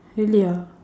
really ah